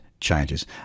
changes